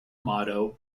motto